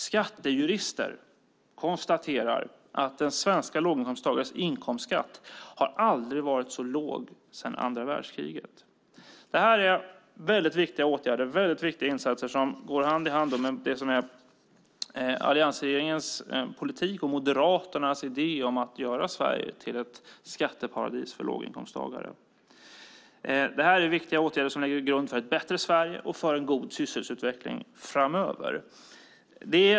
Skattejurister kan konstatera att de svenska låginkomsttagarnas inkomstskatt inte varit så låg sedan andra världskriget. Det här är viktiga åtgärder och insatser som går hand i hand med det som är alliansregeringens politik och Moderaternas idé om att göra Sverige till ett skatteparadis för låginkomsttagare. Det är viktiga åtgärder som lägger grunden för ett bättre Sverige och för en god sysselsättningsutveckling framöver.